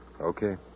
Okay